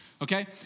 okay